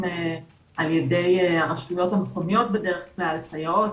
על ידי הרשויות המקומיות בדרך כלל סייעות,